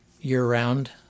year-round